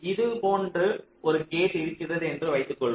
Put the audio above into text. இது போன்று ஒரு கேட் இருக்கிறது என்று வைத்துக் கொள்வோம்